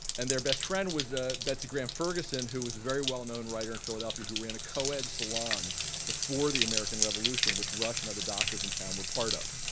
and their best friend was ah betsy graham ferguson who was a very well-known writer in philadelphia who ran a co-ed salon before the american revolution which rush and other doctors in town were part of.